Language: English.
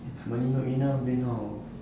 money not enough then how